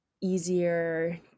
easier